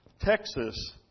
Texas